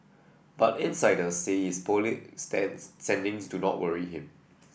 but insiders says his poll stands standings do not worry him